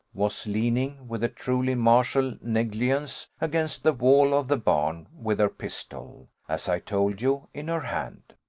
was leaning, with a truly martial negligence, against the wall of the barn, with her pistol, as i told you, in her hand.